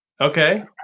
Okay